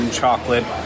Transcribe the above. chocolate